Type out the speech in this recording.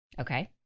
Okay